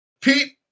Pete